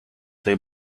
they